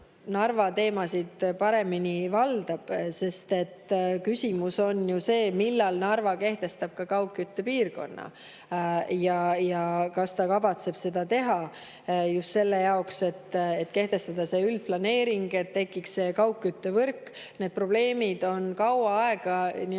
Narva teemasid paremini valdab. Sest küsimus on ju selles, millal Narva kehtestab ka kaugküttepiirkonna ja kas ta kavatseb seda teha, just selleks, et kehtestada üldplaneering ja et tekiks kaugküttevõrk. Need probleemid on kaua aega